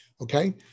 Okay